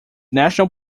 national